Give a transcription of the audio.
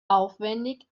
aufwendig